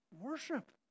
worship